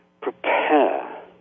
prepare